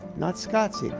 not scott's, yeah